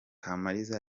kamaliza